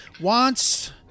wants